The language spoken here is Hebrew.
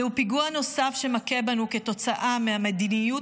זהו פיגוע נוסף שמכה בנו כתוצאה מהמדיניות